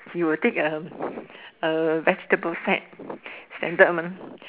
you will take a a vegetable set standard mah